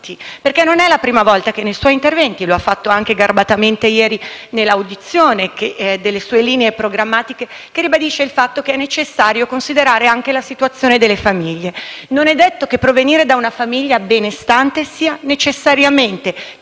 perché non è la prima volta che nei suoi interventi, come ha fatto anche garbatamente ieri in audizione esponendo le sue linee programmatiche, ribadisce che è necessario considerare anche la situazione delle famiglie. Non è detto che provenire da una famiglia benestante sia necessariamente